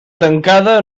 tancada